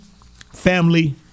family